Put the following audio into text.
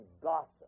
gossip